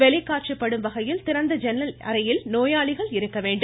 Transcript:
வெளிக்காற்று படும் வகையில் திறந்த ஜன்னல் இருக்கும் அறையில் நோயாளிகள் இருக்க வேண்டும்